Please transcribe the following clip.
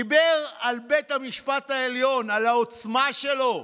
הוא דיבר על בית המשפט העליון, על העוצמה שלו,